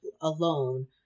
alone